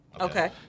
Okay